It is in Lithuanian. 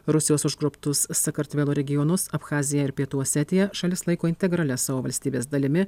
rusijos užgrobtus sakartvelo regionus abchaziją ir pietų osetiją šalis laiko integralia savo valstybės dalimi